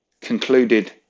concluded